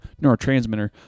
neurotransmitter